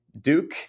Duke